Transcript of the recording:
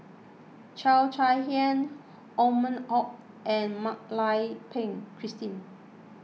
Cheo Chai Hiang Othman and Mak Lai Peng Christine